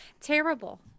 terrible